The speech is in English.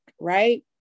right